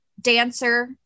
dancer